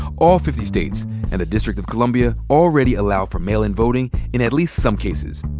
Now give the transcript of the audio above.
all fifty states and the district of columbia already allow for mail-in voting in at least some cases.